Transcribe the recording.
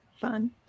Fun